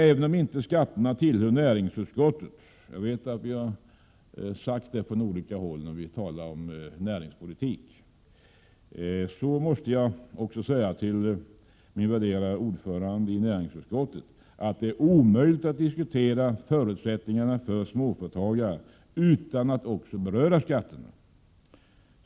Även om skatterna inte tillhör näringsutskottets område — jag vet att detta från olika håll har påpekats när vi har talat om näringspolitik — måste jag ändå säga till min värderade ordförande i näringsutskottet att det är omöjligt att diskutera förutsättningarna för småföretagarna utan att också beröra skatterna.